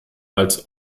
als